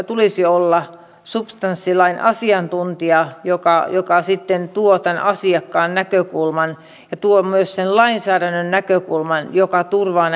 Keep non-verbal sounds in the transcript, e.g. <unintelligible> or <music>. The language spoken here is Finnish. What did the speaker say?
<unintelligible> tulisi olla substanssilain asiantuntija joka joka sitten tuo tämän asiakkaan näkökulman ja tuo myös sen lainsäädännön näkökulman joka turvaa <unintelligible>